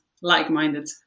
like-minded